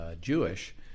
Jewish